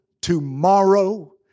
tomorrow